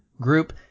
group